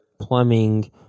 plumbing